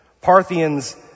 Parthians